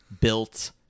built